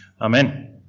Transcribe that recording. Amen